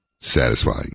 Satisfying